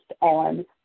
on